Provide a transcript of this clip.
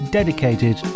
dedicated